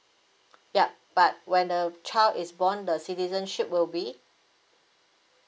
ya but when the child is born the citizenship will be